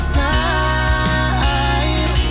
time